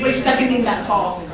seconding that call